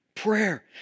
Prayer